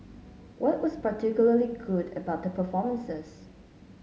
what was particularly good about their performances